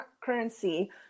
currency